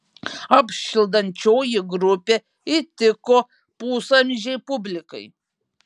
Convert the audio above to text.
apšildančioji grupė įtiko pusamžei publikai